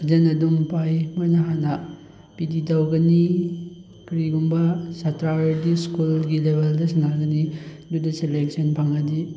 ꯐꯖꯅ ꯑꯗꯨꯝ ꯄꯥꯏ ꯃꯣꯏꯅ ꯍꯥꯟꯅ ꯄꯤꯇꯤ ꯇꯧꯒꯅꯤ ꯀꯔꯤꯒꯨꯝꯕ ꯁꯥꯇ꯭ꯔ ꯑꯣꯏꯔꯗꯤ ꯁ꯭ꯀꯨꯜꯒꯤ ꯂꯦꯕꯦꯜꯗ ꯁꯥꯟꯅꯒꯅꯤ ꯑꯗꯨꯗ ꯁꯦꯂꯦꯛꯁꯟ ꯐꯪꯉꯗꯤ